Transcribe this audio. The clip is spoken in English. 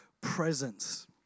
presence